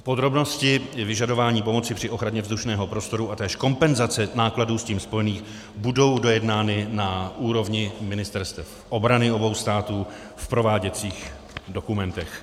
Podrobnosti vyžadování pomoci při ochraně vzdušného prostoru a též kompenzace nákladů s tím spojených budou dojednány na úrovni ministerstev obrany obou států v prováděcích dokumentech.